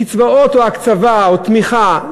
קצבאות או הקצבה או תמיכה,